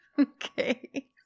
Okay